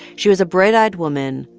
she was a bright-eyed woman,